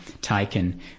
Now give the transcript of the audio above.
taken